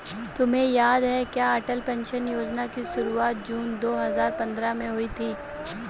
तुम्हें याद है क्या अटल पेंशन योजना की शुरुआत जून दो हजार पंद्रह में हुई थी?